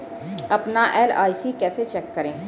अपना एल.आई.सी कैसे चेक करें?